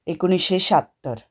एकोणीशें श्यात्तर